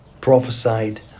prophesied